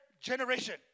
generation